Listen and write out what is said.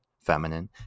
feminine